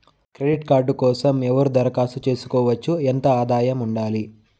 Credit card కోసం ఎవరు దరఖాస్తు చేసుకోవచ్చు? ఎంత ఆదాయం ఉండాలి?